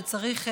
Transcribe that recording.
שצריך להבין,